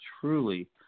truly